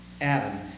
Adam